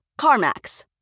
CarMax